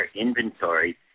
inventory